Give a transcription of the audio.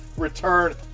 Return